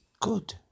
good